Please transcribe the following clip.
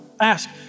ask